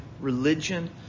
religion